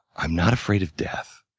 i'm not afraid of death.